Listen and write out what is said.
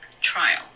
trial